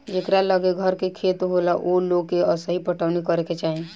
जेकरा लगे घर के खेत होला ओ लोग के असही पटवनी करे के चाही